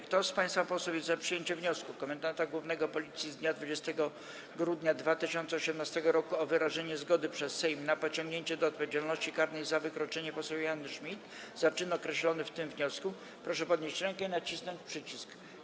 Kto z państwa posłów jest za przyjęciem wniosku komendanta głównego Policji z dnia 20 grudnia 2018 r. o wyrażenie zgody przez Sejm na pociągnięcie do odpowiedzialności karnej za wykroczenie poseł Joanny Schmidt za czyn określony w tym wniosku, proszę podnieść rękę i nacisnąć przycisk.